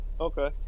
Okay